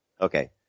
Okay